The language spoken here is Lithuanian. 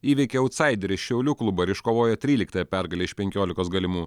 įveikė autsaiderį šiaulių klubą ir iškovojo tryliktąją pergalę iš penkiolikos galimų